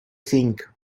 think